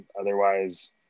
Otherwise